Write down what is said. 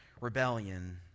rebellion